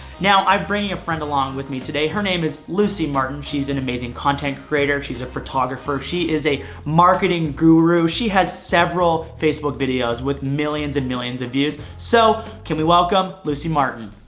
now i'm bringing a friend along with them today her name is lucy martin she's an amazing content creator she's a photographer she is a marketing guru she has several facebook videos with millions and millions of views so can we welcome lucy martin.